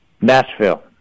Nashville